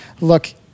look